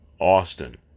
Austin